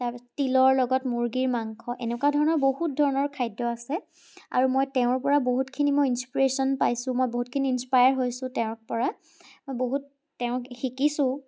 তাপা তিলৰ লগত মুৰ্গীৰ মাংস এনেকুৱা ধৰণৰ বহুত ধৰণৰ খাদ্য আছে আৰু মই তেওঁৰ পৰা বহুতখিনি মই ইনস্পিৰেশ্যন পাইছোঁ মই বহুতখিনি ইনস্পায়াৰ হৈছোঁ তেওঁৰ পৰা মই বহুত তেওঁক শিকিছোঁ